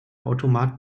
automat